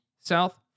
South